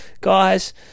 Guys